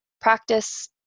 practice